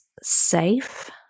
safe